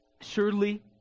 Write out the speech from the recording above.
Surely